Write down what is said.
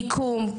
מיקום,